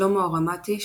שלמה הרמתי,